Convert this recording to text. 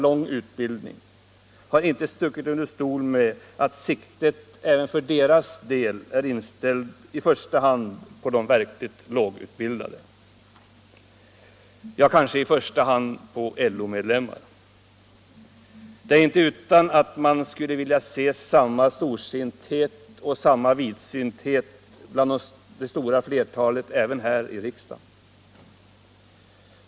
lång utbildning, har inte stuckit under stol med att siktet även för dess del är inställt i första hand på de verkligt lågutbildade — ja, kanske i första hand på LO-medlemmar. Det är inte utan att man skulle vilja se samma storsinthet och vidsynthet bland det stora flertalet även här i riksdagen.